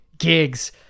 gigs